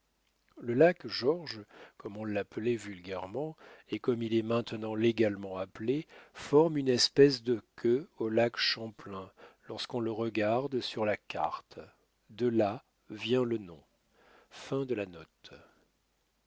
le lac georges comme on l'appelait vulgairement et comme il est maintenant légalement appelé forme une espèce de queue au lac champlain lorsqu'on le regarde sur la carte de là vient le